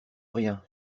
rien